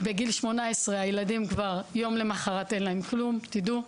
בגיל 18 הילדים כבר יום למחר אין להם כלום, תדעו,